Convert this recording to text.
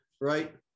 right